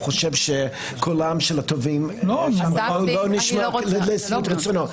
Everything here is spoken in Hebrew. הוא חושב שקולם של התובעים לא נשמע לשביעות רצונו.